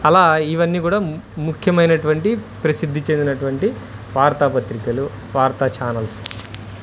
అలా ఇవన్నీ కూడా ముఖ్యమైనటువంటి ప్రసిద్ధి చెందినటువంటి వార్తా పత్రికలు వార్తా ఛానల్స్